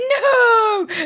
no